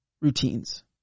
routines